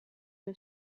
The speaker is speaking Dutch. een